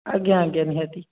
ଆଜ୍ଞା ଆଜ୍ଞା ନିହାତି